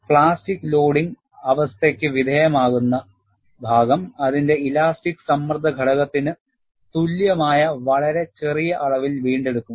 plastic loading അവസ്ഥയ്ക്ക് വിധേയമാകുന്ന ഭാഗം അതിന്റെ ഇലാസ്റ്റിക് സ്ട്രെയിൻ ഘടകത്തിന് തുല്യമായ വളരെ ചെറിയ അളവിൽ വീണ്ടെടുക്കും